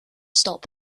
stop